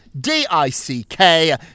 D-I-C-K